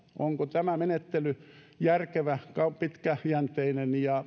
onko tämä menettely järkevä pitkäjänteinen ja